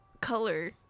color